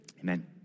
amen